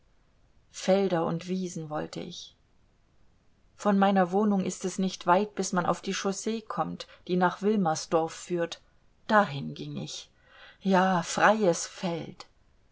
felder und wiesen wollte ich von meiner wohnung ist es nicht weit bis man auf die chaussee kommt die nach wilmersdorf führt dahin ging ich ja freies feld